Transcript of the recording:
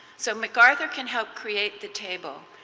so macarthur can help create the table,